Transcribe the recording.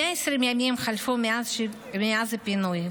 120 ימים חלפו מאז הפינוי,